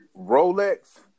Rolex